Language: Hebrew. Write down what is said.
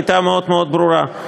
הייתה מאוד מאוד ברורה.